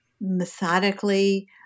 methodically